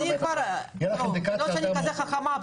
אני לא כזאת חכמה,